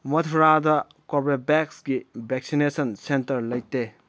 ꯃꯊꯨꯔꯥꯗ ꯀꯣꯔꯕꯦꯚꯦꯛꯁꯀꯤ vaccination centre ꯂꯩꯇꯦ